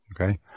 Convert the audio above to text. Okay